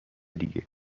دیگه